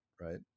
right